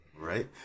Right